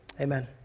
Amen